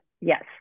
yes